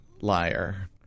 liar